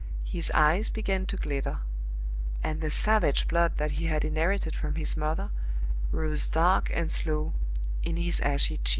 his eyes began to glitter and the savage blood that he had inherited from his mother rose dark and slow in his ashy cheeks.